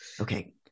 Okay